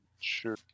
Sure